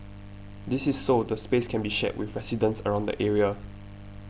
this is so the space can be shared with residents around the area